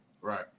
right